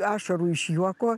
ašarų iš juoko